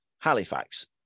Halifax